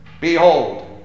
Behold